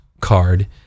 card